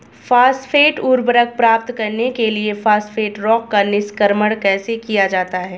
Phosphate उर्वरक प्राप्त करने के लिए फॉस्फेट रॉक का निष्कर्षण कैसे किया जाता है?